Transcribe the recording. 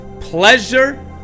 pleasure